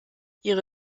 ihre